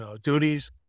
duties